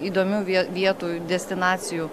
įdomių vie vietų destinacijų